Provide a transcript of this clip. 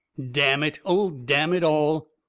damn it oh, damn it all,